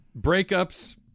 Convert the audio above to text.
breakups